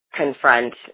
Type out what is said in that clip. confront